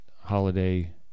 holiday